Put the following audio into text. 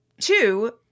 two